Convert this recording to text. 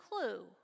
clue